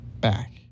back